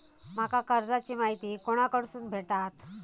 माका कर्जाची माहिती कोणाकडसून भेटात?